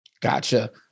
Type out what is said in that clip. Gotcha